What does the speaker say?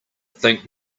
think